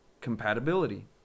compatibility